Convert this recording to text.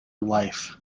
life